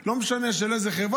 לא משנה של איזו חברה,